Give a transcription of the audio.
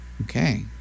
Okay